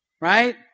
Right